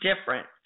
different